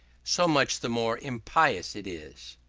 so much the more impious it is.